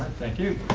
thank you!